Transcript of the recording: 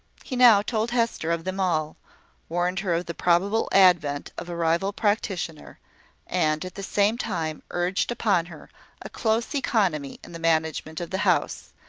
he now told hester of them all warned her of the probable advent of a rival practitioner and at the same time urged upon her a close economy in the management of the house,